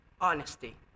honesty